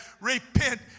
Repent